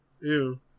Ew